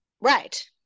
right